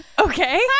Okay